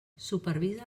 supervisa